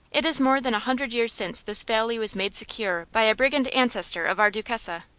it is more than a hundred years since this valley was made secure by a brigand ancestor of our duchessa,